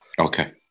Okay